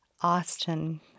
Austin